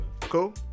Cool